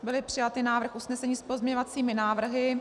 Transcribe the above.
Byl přijat návrh usnesení s pozměňovacími návrhy.